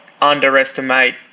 underestimate